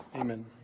Amen